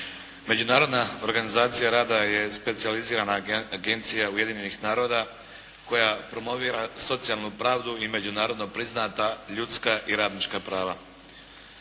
Međunarodna organizacija rada je specijalizirana agencija Ujedinjenih naroda koja promovira socijalnu pravdu i međunarodno priznata ljudska i radnička prava.